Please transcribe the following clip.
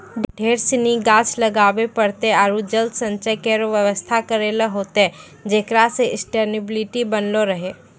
ढेर सिनी गाछ लगाबे पड़तै आरु जल संचय केरो व्यवस्था करै ल होतै जेकरा सें सस्टेनेबिलिटी बनलो रहे